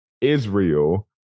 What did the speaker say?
Israel